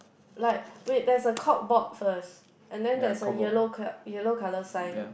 like wait there is a corkboard first and then there is a yellow co~ yellow colour sign